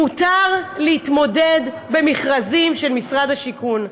מותר להתמודד במכרזים של משרד השיכון.